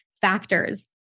factors